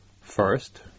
first